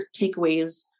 takeaways